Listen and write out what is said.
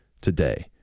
today